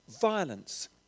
Violence